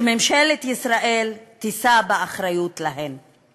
וממשלת ישראל תישא באחריות להן.